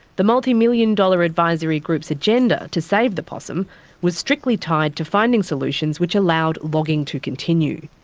the multi-million dollar advisory group's agenda to save the possum was strictly tied to finding solutions which allowed logging to continue.